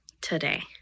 today